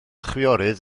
chwiorydd